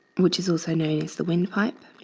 which is also known as the windpipe.